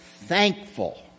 thankful